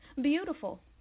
beautiful